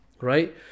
right